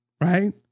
right